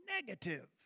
negative